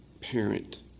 parent